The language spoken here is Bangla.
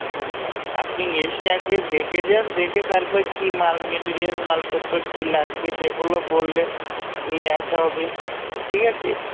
হঁ হঁ আপনি এসে আগে দেখে যান দেখে তারপর কি মাল মেটেরিয়াল মালপত্র কি লাগবে সেগুলো বললে নিয়ে আসা হবে ঠিক আছে